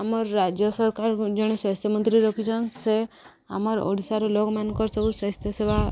ଆମର ରାଜ୍ୟ ସରକାର ଜଣେ ସ୍ୱାସ୍ଥ୍ୟ ମନ୍ତ୍ରୀ ରଖିଚନ୍ ସେ ଆମର ଓଡ଼ିଶାର ଲୋକମାନଙ୍କର ସବୁ ସ୍ୱାସ୍ଥ୍ୟ ସେବା